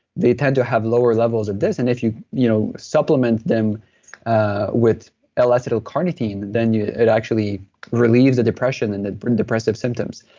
they tend to have lower levels of this. and if you you know supplement them ah with ah l-acetyl-carnitine, then it actually relieves the depression and the depressive symptoms.